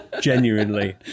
genuinely